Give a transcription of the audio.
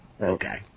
okay